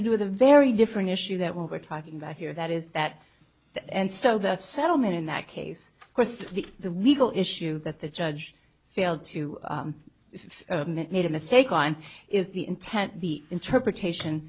to do with a very different issue that we're talking about here that is that the end so that settlement in that case of course the the legal issue that the judge failed to if made a mistake on is the intent the interpretation